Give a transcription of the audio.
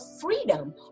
freedom